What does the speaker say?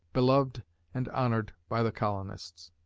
beloved and honored by the colonists.